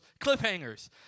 cliffhangers